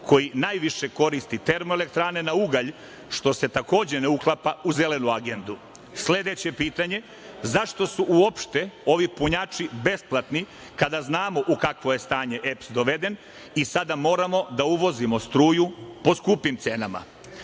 koji najviše koristi termoelektrane na ugalj, što se takođe ne uklapa u Zelenu agendu? Sledeće pitanje – zašto su uopšte ovi punjači besplatni kada znamo u kakvo je stanje EPS doveden i sada moramo da uvozimo struju po skupim cenama? Za